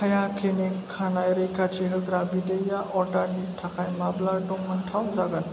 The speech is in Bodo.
काया क्लिनिक खानाय रैखाथि होग्रा बिदैया अर्डारनि थाखाय माब्ला दंमोनथाव जागोन